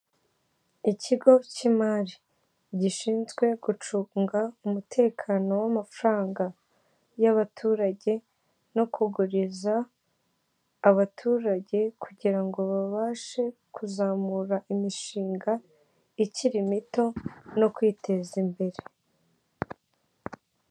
Ikigo cy'imari gishinzwe gucunga umutekano w'amafaranga y'abaturage no kuguriza abaturage no kuguriza abaturage kugira ngo babashe kuzamura imishinga ikiri mito no kwiteza imbere.